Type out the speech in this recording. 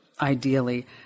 Ideally